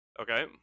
Okay